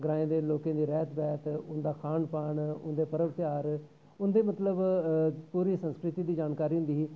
ग्राएं दे लोकें दी रैह्त वैह्त उन्दा खान पान उंदे पर्व त्यौहार उंदे मतलब पूरी संस्कृति दी जानकारी होंदी ही